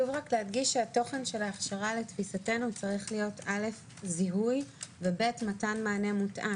התוכן של ההכשרה לתפיסתנו צריך להיות אל"ף זיהוי ובי"ת מתן מענה מותאם.